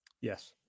Yes